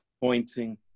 pointing